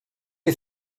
you